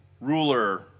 ruler